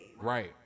right